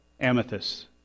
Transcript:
amethyst